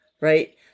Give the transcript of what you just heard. right